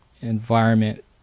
environment